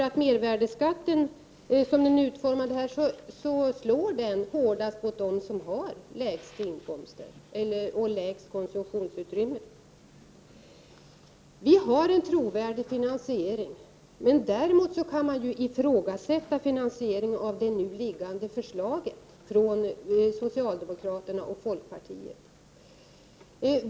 Som mervärdeskatten är utformad slår den hårdast mot dem som har lägst inkomster och lägst konsumtionsutrymme. Centerpartiet har en trovärdig finansiering. Däremot kan man ifrågasätta finansieringen i det nu föreliggande förslaget från socialdemokraterna och folkpartiet.